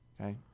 Okay